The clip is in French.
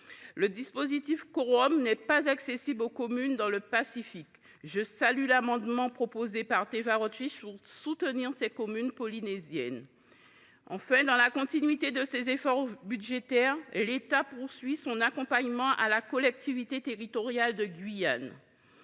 ce dispositif n’est pas accessible aux communes dans le Pacifique. C’est pourquoi je salue l’amendement déposé par Teva Rohfritsch pour soutenir les communes polynésiennes. En outre, dans la continuité de ses efforts budgétaires, l’État poursuit son accompagnement à la collectivité territoriale de Guyane.